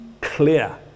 clear